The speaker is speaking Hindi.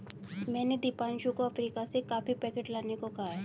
मैंने दीपांशु को अफ्रीका से कॉफी पैकेट लाने को कहा है